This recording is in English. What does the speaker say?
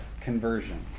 conversion